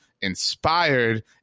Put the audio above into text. Inspired